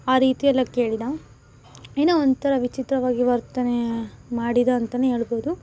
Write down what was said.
ಆ ರೀತಿ ಎಲ್ಲ ಕೇಳಿದ ಏನೋ ಒಂಥರ ವಿಚಿತ್ರವಾಗಿ ವರ್ತನೆ ಮಾಡಿದ ಅಂತಲೇ ಹೇಳ್ಬಹುದು